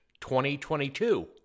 2022